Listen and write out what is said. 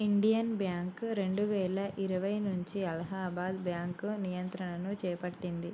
Indian Bank రెండువేల ఇరవై నుంచి అలహాబాద్ బ్యాంకు నియంత్రణను చేపట్టింది